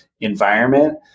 environment